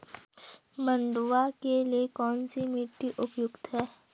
मंडुवा के लिए कौन सी मिट्टी उपयुक्त है?